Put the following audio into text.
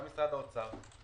גם משרד האוצר,